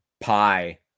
pie